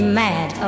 mad